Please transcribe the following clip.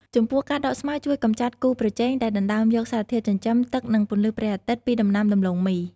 ចំពោះការដកស្មៅជួយកម្ចាត់គូប្រជែងដែលដណ្ដើមយក សារធាតុចិញ្ចឹម ទឹក និង ពន្លឺព្រះអាទិត្យ ពីដំណាំដំឡូងមី។